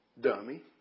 Dummy